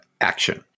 action